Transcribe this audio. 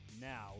now